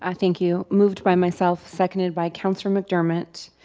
ah thank you. moved by myself, seconded by councillor mcdermott,